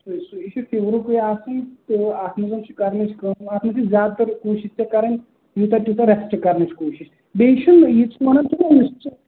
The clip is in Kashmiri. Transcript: سُے سُے یہِ چھُ فِیٛورُکُے آسان تہٕ اَتھ منٛز چھِ اَسہِ کَرٕنۍ کٲم اَتھ منٛز چھِ زیادٕ تر کوٗشِش ژےٚ کرٕنۍ یوٗتاہ تیٛوٗتاہ ریسٹ کرنٕچ کوٗشش بیٚیہِ چھُنہٕ یہِ ژٕ ونان چھُکھ نا أمِس ژٕ